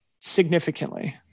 significantly